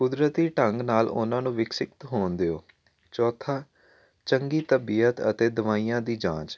ਕੁਦਰਤੀ ਢੰਗ ਨਾਲ ਉਹਨਾਂ ਨੂੰ ਵਿਕਸਿਤ ਹੋਣ ਦਿਓ ਚੌਥਾ ਚੰਗੀ ਤਬੀਅਤ ਅਤੇ ਦਵਾਈਆਂ ਦੀ ਜਾਂਚ